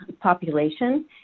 population